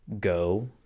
go